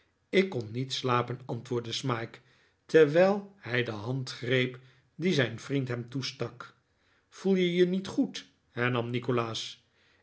ik kon niet slapen antwoordde smike terwijl hij de hand greep die zijn vriend hem toestak voel je je niet goed hernam nikolaas